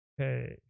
Okay